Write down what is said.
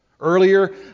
Earlier